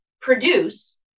produce